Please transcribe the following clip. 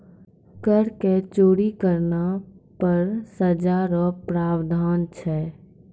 कर के चोरी करना पर सजा रो प्रावधान छै